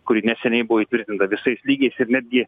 kuri neseniai buvo įtvirtinta visais lygiais ir netgi